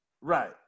Right